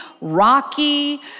rocky